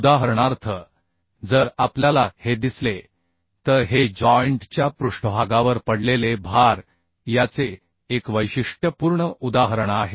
उदाहरणार्थ जर आपल्याला हे दिसले तर हे जॉइंट च्या पृष्ठभागावर पडलेले भार याचे एक वैशिष्ट्यपूर्ण उदाहरण आहे